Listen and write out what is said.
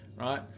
right